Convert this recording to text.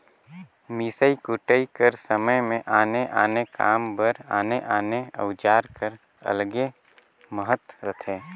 मिसई कुटई कर समे मे आने आने काम बर आने आने अउजार कर अलगे महत रहथे